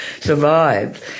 survived